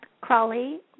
Crawley